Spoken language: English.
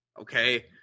Okay